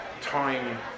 time